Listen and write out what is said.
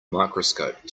microscope